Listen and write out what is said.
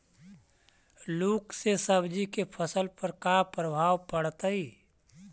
लुक से सब्जी के फसल पर का परभाव पड़तै?